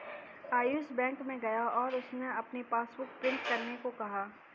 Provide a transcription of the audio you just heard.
Ayush bank में गया और उससे अपनी पासबुक प्रिंट करने को कहा